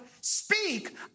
speak